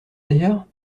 d’ailleurs